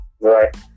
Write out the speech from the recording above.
Right